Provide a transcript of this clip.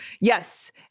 yes